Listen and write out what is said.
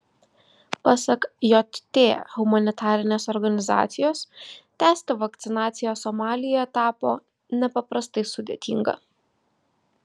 pasak jt humanitarinės organizacijos tęsti vakcinaciją somalyje tapo nepaprastai sudėtinga